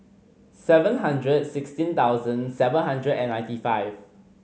seven hundred sixteen thousand seven hundred and ninety five